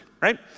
right